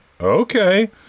Okay